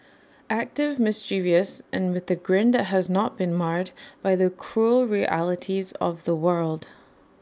active mischievous and with A grin that has not been marred by the cruel realities of the world